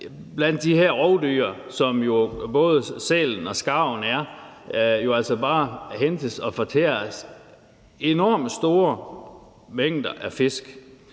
at de her rovdyr, som både sælen og skarven jo er, fortærer enormt store mængder af fisk.